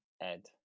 Ed